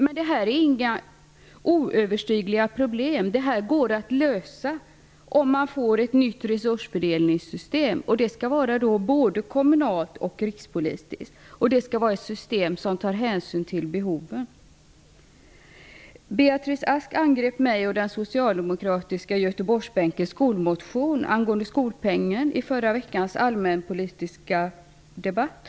Men detta är inga oöverstigliga problem. De går att lösa, om man får ett nytt resursfördelningssystem, både kommunalt och rikspolitiskt. Det skall dessutom vara ett system som tar hänsyn till behoven. Beatrice Ask angrep mig och den socialdemokratiska Göteborgsbänkens skolmotion angående skolpeng i förra veckans allmänpolitiska debatt.